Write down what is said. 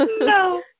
No